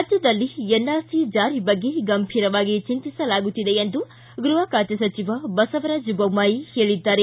ರಾಜ್ಯದಲ್ಲಿ ಎನ್ಆರ್ಸಿ ಜಾರಿ ಬಗ್ಗೆ ಗಂಭೀರವಾಗಿ ಚಿಂತಿಸಲಾಗುತ್ತಿದೆ ಎಂದು ಗೃಹ ಖಾತೆ ಸಚಿವ ಬಸವರಾಜ್ ಜೊಮ್ನಾಯಿ ಹೇಳಿದ್ದಾರೆ